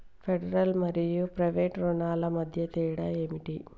Federal మరియు private రుణాల మధ్య తేడా ఏమిటి?